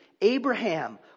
...Abraham